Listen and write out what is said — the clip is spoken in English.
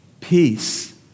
peace